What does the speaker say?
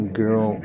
girl